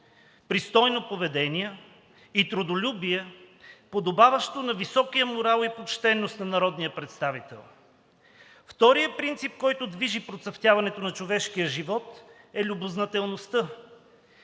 пристойно поведение и трудолюбие, подобаващо на високия морал и почтеност на народния представител. Вторият принцип, който движи процъфтяването на човешкия живот, е любознателността.